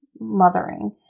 mothering